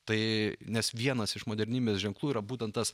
tai nes vienas iš modernybės ženklų yra būtent tas